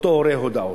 לאותו הורה הודעות.